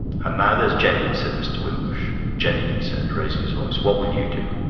and now there's jenny, said mr wimbush. jenny, he said, raising his voice, what will you do?